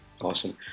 Awesome